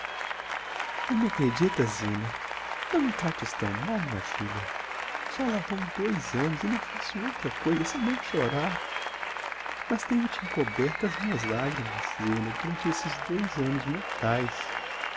não me acreditas zina não me trates tão mal minha filha já lá vão dois annos e não faço outra coisa senão chorar mas tenho te encoberto as minhas lagrimas zina durante esses dois annos mortaes